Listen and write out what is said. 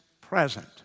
present